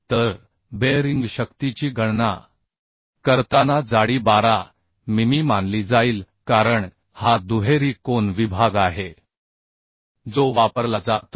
तर बेअरिंग शक्तीची गणना करताना जाडी 12 मिमी मानली जाईल कारण हा दुहेरी कोन विभाग आहे जो वापरला जातो